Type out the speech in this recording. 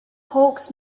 hawks